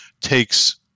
takes